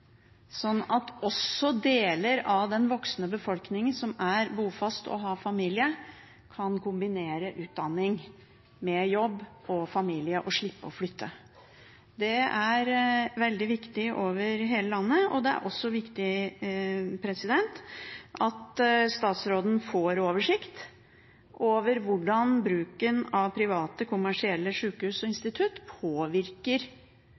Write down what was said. sånn at også deler av den voksne befolkningen som er bofast og har familie, kan kombinere utdanning med jobb og familie og slippe å flytte. Det er veldig viktig over hele landet. Det er også viktig at statsråden får oversikt over hvordan bruken av private kommersielle sykehus og